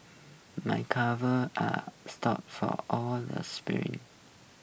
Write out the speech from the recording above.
my calves are stop for all the sprints